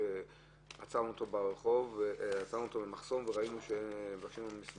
שעצרנו במחסום וראינו שמבקשים ממנו מסמך.